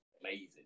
amazing